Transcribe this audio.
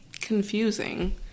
confusing